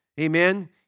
Amen